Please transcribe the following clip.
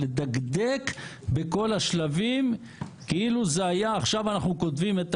לדקדק בכל השלבים כאילו עכשיו אנחנו כותבים את